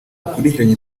ukurikiranye